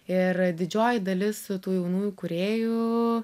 ir didžioji dalis tų jaunųjų kūrėjų